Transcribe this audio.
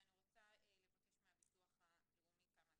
ואני רוצה לבקש מביטוח לאומי כמה דברים.